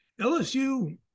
LSU